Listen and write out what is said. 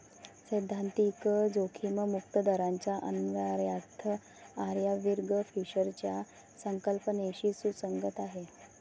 सैद्धांतिक जोखीम मुक्त दराचा अन्वयार्थ आयर्विंग फिशरच्या संकल्पनेशी सुसंगत आहे